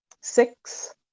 six